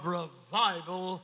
revival